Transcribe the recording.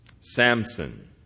Samson